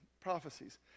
prophecies